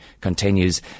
continues